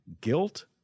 guilt